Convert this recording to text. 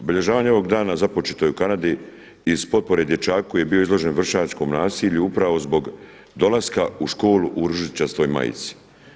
Obilježavanje ovog dana započeto je u Kanadi iz potpore dječaku koji je bio izložen vršnjačkom nasilju upravo zbog dolaska u školu u ružičastoj majici.